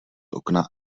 okna